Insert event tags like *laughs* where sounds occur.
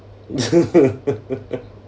*laughs*